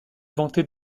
vanter